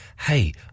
hey